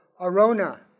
Arona